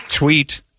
Tweet